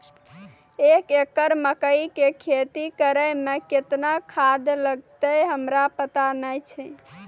एक एकरऽ मकई के खेती करै मे केतना खाद लागतै हमरा पता नैय छै?